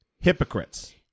hypocrites